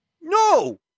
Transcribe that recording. no